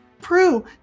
Prue